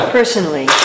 Personally